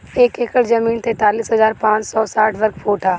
एक एकड़ जमीन तैंतालीस हजार पांच सौ साठ वर्ग फुट ह